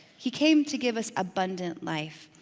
he came to give us abundant life.